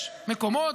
יש מקומות,